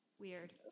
weird